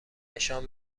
نشان